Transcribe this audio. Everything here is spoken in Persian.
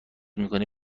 میکنی